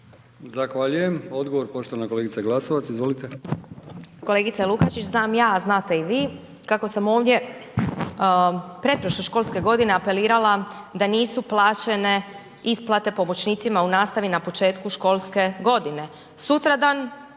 Zahvaljujem. Odgovor, poštovana kolegica Glasovac. Izvolite. **Glasovac, Sabina (SDP)** Kolegice Lukačić znam ja, a znate i vi kako sam ovdje pretprošle školske godine apelirala da nisu plaćene isplate pomoćnicima u nastavi na početku školske godine. Sutradan